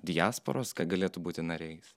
diasporos kad galėtų būti nariai